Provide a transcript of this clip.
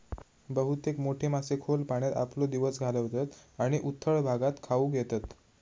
बहुतेक मोठे मासे खोल पाण्यात आपलो दिवस घालवतत आणि उथळ भागात खाऊक येतत